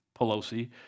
Pelosi